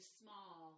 small